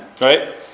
right